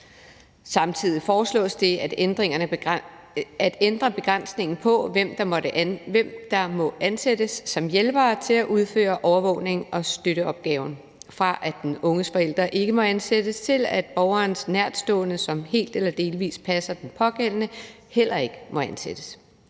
Samtidig foreslås det at ændre begrænsningen for, hvem der må ansættes som hjælpere til at udføre overvågnings- og støtteopgaven, fra at den unges forældre ikke må ansættes, til at borgerens nærtstående, som helt eller delvis passer den pågældende, heller ikke må ansættes.